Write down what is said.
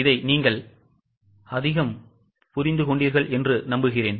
இதை நீங்கள் அதிகம் புரிந்து கொண்டீர்கள் என்று நம்புகிறேன்